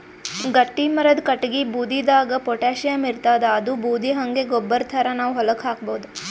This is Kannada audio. ಗಟ್ಟಿಮರದ್ ಕಟ್ಟಗಿ ಬೂದಿದಾಗ್ ಪೊಟ್ಯಾಷಿಯಂ ಇರ್ತಾದ್ ಅದೂ ಬೂದಿ ಹಂಗೆ ಗೊಬ್ಬರ್ ಥರಾ ನಾವ್ ಹೊಲಕ್ಕ್ ಹಾಕಬಹುದ್